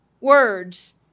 words